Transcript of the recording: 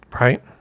Right